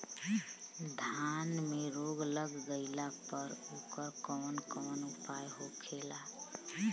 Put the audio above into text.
धान में रोग लग गईला पर उकर कवन कवन उपाय होखेला?